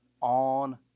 on